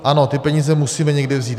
Ano, ty peníze musíme někde vzít.